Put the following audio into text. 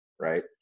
right